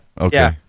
Okay